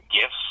gifts